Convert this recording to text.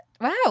Wow